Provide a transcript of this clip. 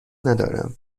ندارم